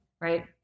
right